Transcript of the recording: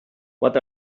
what